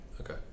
Okay